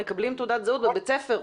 מקבלים תעודת זהות בבית ספר.